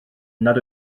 nad